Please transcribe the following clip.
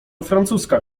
francuska